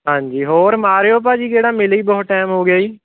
ਹਾਂਜੀ ਹੋਰ ਮਾਰਿਓ ਭਾਅ ਜੀ ਗੇੜਾ ਮਿਲੇ ਹੀ ਬਹੁਤ ਟਾਈਮ ਹੋ ਗਿਆ ਜੀ